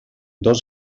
dos